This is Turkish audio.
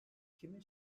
kime